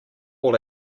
all